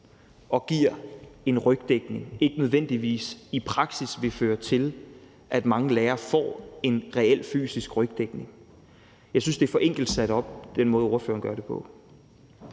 og giver en rygdækning, ikke nødvendigvis i praksis vil føre til, at mange lærere får en reel fysisk rygdækning. Jeg synes, det er for enkelt sat op, sådan som ordføreren gør det.